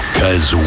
cause